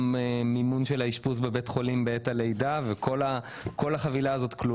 גם מימון של האשפוז בבית חולים בעת הלידה וכל החבילה הזאת.